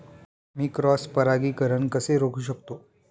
मी cross परागीकरण कसे रोखू शकतो?